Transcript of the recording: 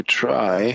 try